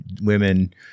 women